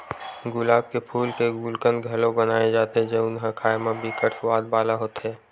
गुलाब के फूल के गुलकंद घलो बनाए जाथे जउन ह खाए म बिकट सुवाद वाला होथे